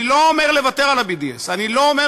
אני לא אומר לוותר על הBDS-; אני לא אומר